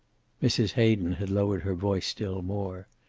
mrs. hayden had lowered her voice still more.